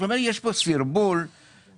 זאת אומרת, יש פה סרבול מרגיז.